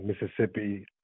Mississippi